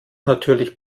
natürlich